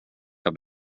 jag